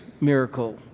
miracle